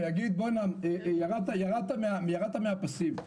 שיגיד ירדת מהפסים.